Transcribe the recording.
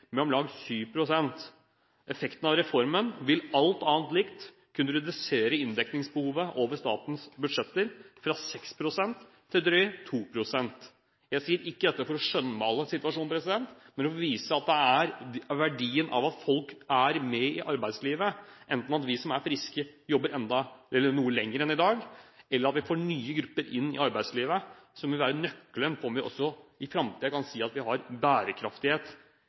med om lag 7 pst. Effekten av reformen vil – alt annet likt – kunne redusere inndekningsbehovet over statens budsjetter fra 6 pst. til drøye 2 pst. Jeg sier ikke dette for å skjønnmale situasjonen, men for å vise at det er verdien av at folk er med i arbeidslivet – enten ved at vi som er friske jobber noe lenger enn i dag, eller ved at vi får nye grupper inn i arbeidslivet – som vil være nøkkelen for om vi også i framtiden kan si at vi har